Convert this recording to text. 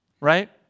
right